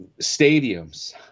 stadiums